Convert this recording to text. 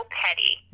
petty